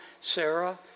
Sarah